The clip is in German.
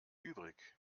übrig